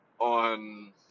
on